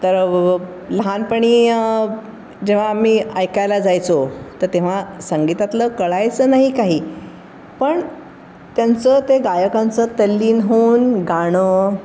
तर वं वं लहानपणी जेव्हा आम्ही ऐकायला जायचो तर तेव्हा संगीतातलं कळायचं नाही काही पण त्यांचं ते गायकांचं तल्लीन होऊन गाणं